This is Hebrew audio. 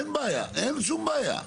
אין בעיה אין שום בעיה,